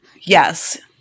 Yes